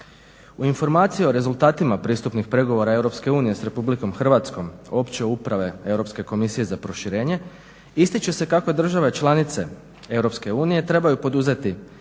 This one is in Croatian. U informacije o rezultatima pristupnim pregovorima EU s RH opće uprave Europske komisije za proširenje ističe se kako države članice EU trebaju poduzeti